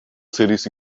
cities